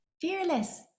Fearless